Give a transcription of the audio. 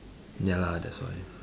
ya lah that's why